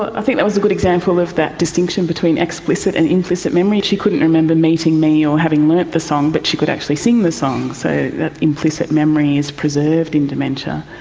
ah think that was a good example of that distinction between explicit and implicit memory. she couldn't remember meeting me or having learnt the song, but she could actually sing the song. so that implicit memory is preserved in dementia.